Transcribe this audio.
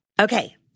Okay